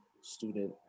student